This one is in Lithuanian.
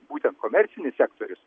būtent komercinis sektorius